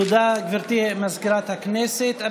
תודה, גברתי מזכירת הכנסת.